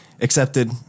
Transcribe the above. Accepted